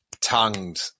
tongued